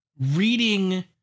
reading